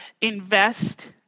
invest